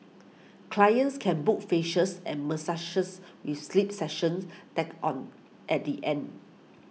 clients can book facials and with sleep sessions tacked on at the end